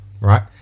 Right